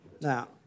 now